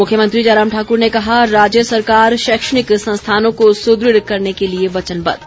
मुख्यमंत्री जयराम ठाकुर ने कहा राज्य सरकार शैक्षणिक संस्थानों को सुदृढ़ करने के लिए वचनबद्ध